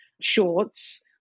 shorts